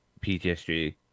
PTSG